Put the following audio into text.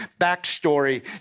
Backstory